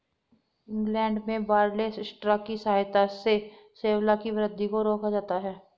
England में barley straw की सहायता से शैवाल की वृद्धि को रोका जाता है